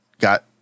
got